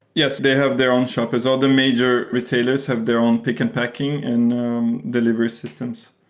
yes, they have their own shoppers. all the major retailers have their own pick and packing and delivery systems.